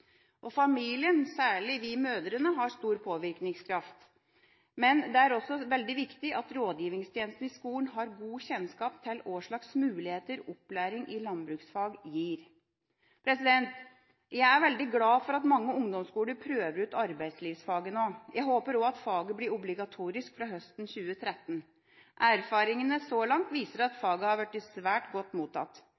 Familien, særlig vi mødre, har stor påvirkningskraft, men det er også veldig viktig at rådgivingstjenesten i skolen har god kjennskap til hva slags muligheter opplæring i landbruksfag gir. Jeg er veldig glad for at mange ungdomsskoler prøver ut arbeidslivsfaget nå. Jeg håper også at faget blir obligatorisk fra høsten 2013. Erfaringene så langt viser at